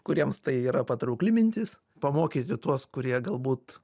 kuriems tai yra patraukli mintis pamokyti tuos kurie galbūt